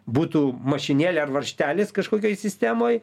būtų mašinėlė ar varžtelis kažkokioj sistemoj